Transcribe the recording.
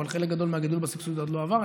אבל חלק גדול מהגידול בסבסוד עוד לא עבר.